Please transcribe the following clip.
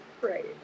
right